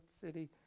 city